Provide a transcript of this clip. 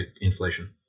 inflation